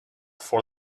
for